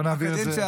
אז בואו נעביר את זה,